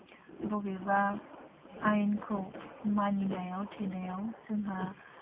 बबेबा आयेनखौ मानिनायाव थिनायाव जोंहा